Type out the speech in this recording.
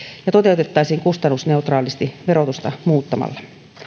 ja toteutettaisiin kustannusneutraalisti verotusta muuttamalla